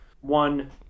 one